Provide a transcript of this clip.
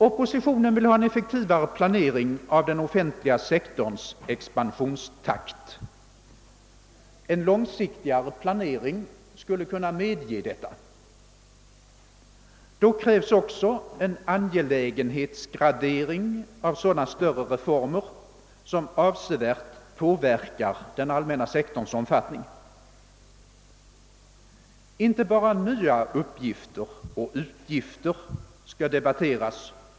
Oppositionen vill ha en effektivare planering av den offentliga sektorns expansionstakt. En långsiktigare planering skulle kunna medge detta. Därvid krävs också en angelägenhetsgradering av sådana större reformer som avsevärt påverkar den allmänna sektorns omfattning. Inte bara nya uppgifter och utgifter skall debatteras.